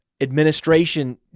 Administration